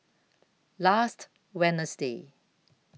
last Wednesday